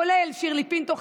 כולל שירלי פינטו,